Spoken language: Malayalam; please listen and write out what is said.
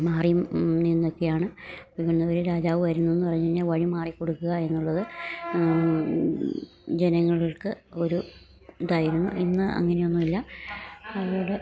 മാറിയും നിന്നുമൊക്കെയാണ് വരുന്നവരെ രാജാവ് വരുന്നു എന്ന് പറഞ്ഞ് കഴിഞ്ഞാൽ വഴി മാറി കൊടുക്കുക എന്നുള്ളത് ജനങ്ങൾക്ക് ഒരു ഇതായിരുന്നു ഇന്ന് അങ്ങനെയൊന്നുമില്ല അതോടെ